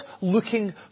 looking